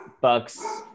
Bucks